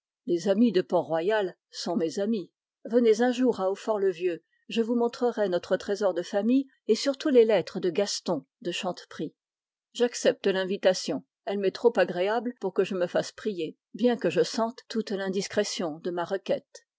les amis de port-royal sont mes amis venez un jour à hautfort le vieux je vous montrerai notre trésor de famille et surtout les lettres de gaston de chanteprie j'accepte l'invitation elle m'est trop agréable pour que je me fasse prier bien que je sente toute l'indiscrétion de ma requête